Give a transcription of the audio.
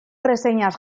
reseñas